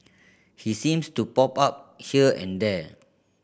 he seems to pop up here and there